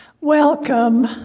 welcome